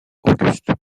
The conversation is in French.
auguste